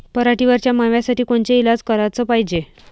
पराटीवरच्या माव्यासाठी कोनचे इलाज कराच पायजे?